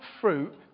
fruit